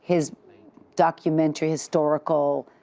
his documentary, historical,